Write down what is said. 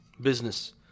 business